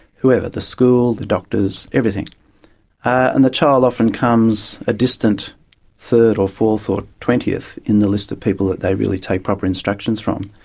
whoever, the school, the doctors, everything and the child often comes a distant third or fourth or twentieth in the list of people that they really take proper instructions from.